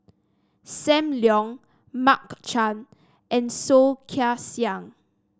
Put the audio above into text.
Sam Leong Mark Chan and Soh Kay Siang